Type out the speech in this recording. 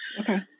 Okay